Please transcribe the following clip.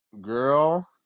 Girl